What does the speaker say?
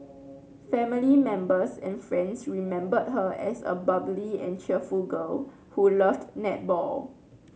family members and friends remembered her as a bubbly and cheerful girl who loved netball